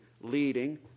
leading